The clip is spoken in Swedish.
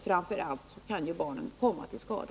Framför allt kan ju barnen komma till skada.